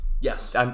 Yes